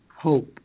hope